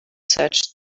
searched